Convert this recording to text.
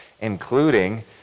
including